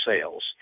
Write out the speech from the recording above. sales